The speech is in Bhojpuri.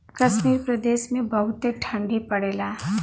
कश्मीर प्रदेस मे बहुते ठंडी पड़ेला